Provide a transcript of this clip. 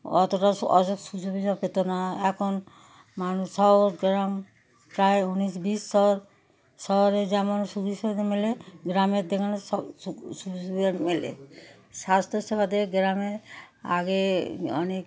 অতটা অত সুযোগ সুবিধা পেত না এখন মানুষ শহর গ্রাম প্রায় উনিশ বিশ শহর শহরে যেমন সুযোগ সুবিধা মেলে গ্রামের দিকে এখন সব সুযোগ সুবিধা মেলে স্বাস্থ্যসেবা দিক দিয়ে গ্রামে আগে অনেক